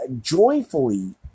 joyfully